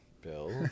bill